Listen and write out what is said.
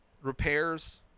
repairs